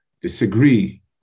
disagree